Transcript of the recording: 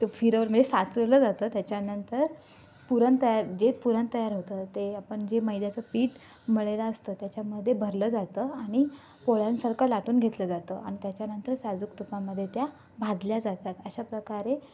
ते फिरव म्हणजे साचवलं जातं त्याच्यानंतर पुरण तयार जे पुरण तयार होतं ते आपण जे मैद्याचं पीठ मळलेलं असतं त्याच्यामध्ये भरलं जातं आणि पोळ्यांसारखं लाटून घेतलं जातं अन त्याच्यानंतर साजूक तुपामध्ये त्या भाजल्या जातात अशाप्रकारे